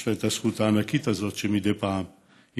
יש לה את הזכות הענקית הזאת שמדי פעם היא